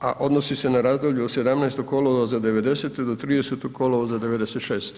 a odnosi se na razdoblje od 17. kolovoza do '90. do 30. kolovoza '96.